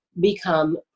become